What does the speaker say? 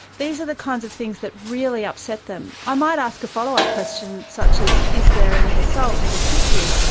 these are the kinds of things that really upset them. i might ask a follow-up question such as, is there any assault, does he hit you?